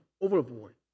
overboard